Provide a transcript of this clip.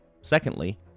Secondly